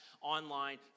online